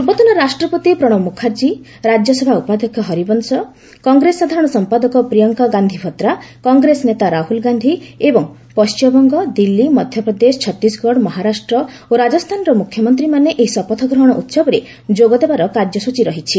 ପୂର୍ବତନ ରାଷ୍ଟ୍ରପତି ପ୍ରଣବ ମୁଖାର୍ଜୀ ରାଜ୍ୟସଭା ଉପାଧ୍ୟକ୍ଷ ହରିବଂଶ କଂଗ୍ରେସ ସାଧାରଣ ସମ୍ପାଦକ ପ୍ରିୟଙ୍କା ଗାନ୍ଧି ଭଦ୍ରା କଂଗ୍ରେସ ନେତା ରାହ୍ରଲ ଗାନ୍ଧି ଏବଂ ପଣ୍ଟିମବଙ୍ଗ ଦିଲ୍ଲୀ ମଧ୍ୟପ୍ରଦେଶ ଛତିଶଗଡ଼ ମହାରାଷ୍ଟ୍ର ଓ ରାଜସ୍ଥାନର ମୁଖ୍ୟମନ୍ତ୍ରୀମାନେ ଏହି ଶପଥଗ୍ରହଣ ଉତ୍ସବରେ ଯୋଗଦେବା କାର୍ଯ୍ୟସୂଚୀ ରହିଛି